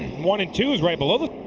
one and two is right but ah but